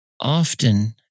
often